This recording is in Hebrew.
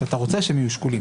שאתה רוצה שהם יהיו שקולים.